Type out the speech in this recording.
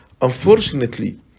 unfortunately